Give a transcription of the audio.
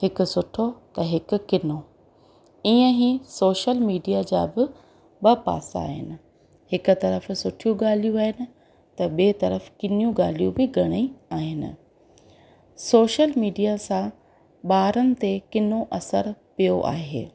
हिकु सुठो त हिकु किनो ईअं ई सोशल मीडिया जा बि ॿ पासा आहिनि हिकु तर्फ़ु सुठियूं ॻाल्हियूं आहिनि त ॿिए तर्फ़ु किनियूं ॻाल्हियूं बि घणेई आहिनि सोशल मीडिया सां ॿारनि ते किनो असरु पियो आहे